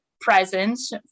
presence